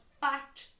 fact